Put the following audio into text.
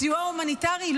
הסיוע ההומניטרי.